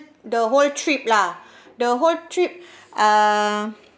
the whole trip lah the whole trip ah